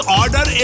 order